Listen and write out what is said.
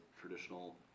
traditional